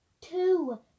two